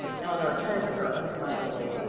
eleanor turned to her unsmilingly.